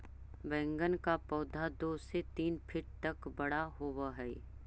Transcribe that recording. बैंगन का पौधा दो से तीन फीट तक बड़ा होव हई